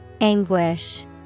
Anguish